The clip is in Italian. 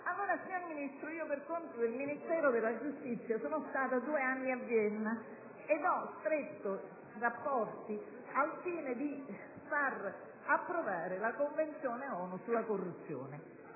Signor Ministro, per conto del Ministero della giustizia sono stata due anni a Vienna ed ho stretto rapporti al fine di far approvare la Convenzione ONU sulla corruzione.